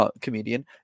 comedian